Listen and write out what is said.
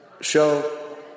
show